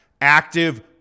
active